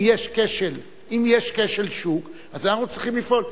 אם יש כשל שוק, אנחנו צריכים לפעול.